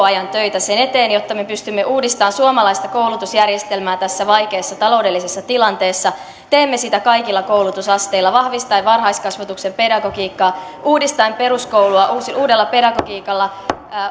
ajan töitä sen eteen jotta me pystymme uudistamaan suomalaista koulutusjärjestelmää tässä vaikeassa taloudellisessa tilanteessa teemme sitä kaikilla koulutusasteilla vahvistaen varhaiskasvatuksen pedagogiikkaa uudistaen peruskoulua uudella pedagogiikalla